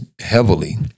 heavily